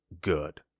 good